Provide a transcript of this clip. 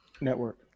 Network